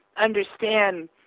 understand